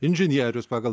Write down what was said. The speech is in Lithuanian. inžinierius pagal